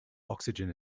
oxygen